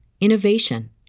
innovation